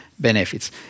benefits